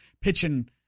pitching –